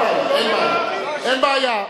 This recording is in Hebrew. אין בעיה.